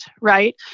right